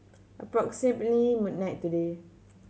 approximately midnight today